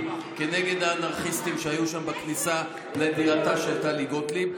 כנגד האנרכיסטים שהיו שם בכניסה לדירתה של טלי גוטליב.